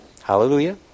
Hallelujah